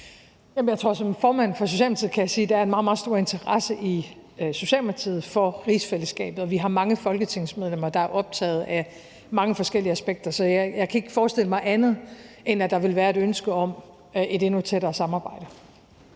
Som formand for Socialdemokratiet kan jeg sige, at der er en meget, meget stor interesse i Socialdemokratiet for rigsfællesskabet. Vi har mange folketingsmedlemmer, der er optaget af mange forskellige aspekter, så jeg kan ikke forestille mig andet, end at der vil være et ønske om et endnu tættere samarbejde.